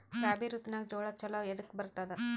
ರಾಬಿ ಋತುನಾಗ್ ಜೋಳ ಚಲೋ ಎದಕ ಬರತದ?